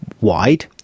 wide